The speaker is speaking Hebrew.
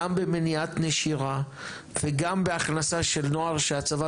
גם במניעת נשירה וגם בהכנסה של נוער שהצבא